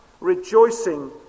rejoicing